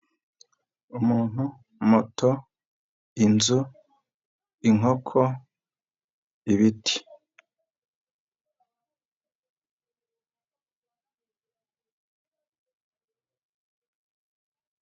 Umuntu, moto, inzu, inkoko, ibiti.